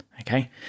Okay